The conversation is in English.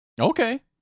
Okay